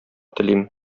телим